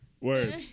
Word